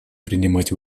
принимать